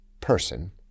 person